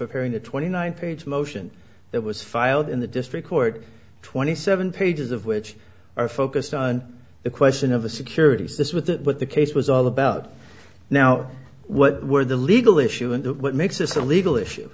of hearing a twenty nine page motion that was filed in the district court twenty seven pages of which are focused on the question of the securities this with the what the case was all about now what were the legal issue and what makes this a legal issue